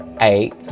eight